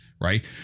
right